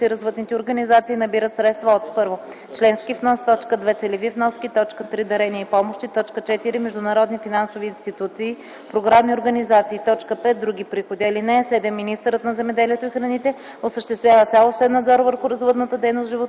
си развъдните организации набират средства от: 1. членски внос; 2. целеви вноски; 3. дарения и помощи; 4. международни финансови институции, програми и организации; 5. други приходи. (7) Министърът на земеделието и храните осъществява цялостен надзор върху развъдната дейност